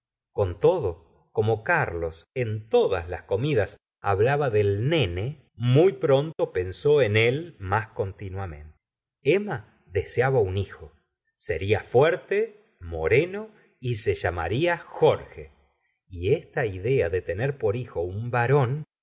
con todo como carlos en todas las comidas hablgba del nene muy pronto pensó en él más continuamente emma deseaba un hijo seria fuerte moreno y se llamaría jorge y esta idea de tener por hijo un varón